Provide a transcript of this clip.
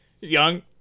Young